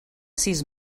sis